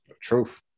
Truth